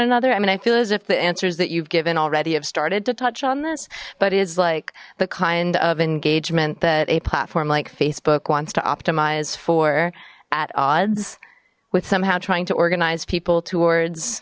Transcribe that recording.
another i mean i feel as if the answers that you've given already have started to touch on this but is like the kind of engagement that a platform like facebook wants to optimize for at odds with somehow trying to organize people towards